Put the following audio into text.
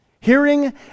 Hearing